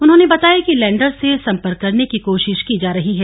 उन्होंने बताया कि लैंडर से संपर्क करने की कोशिश की जा रही है